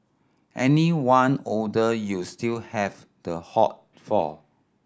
anyone older you still have the hot for